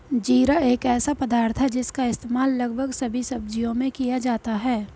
जीरा एक ऐसा पदार्थ है जिसका इस्तेमाल लगभग सभी सब्जियों में किया जाता है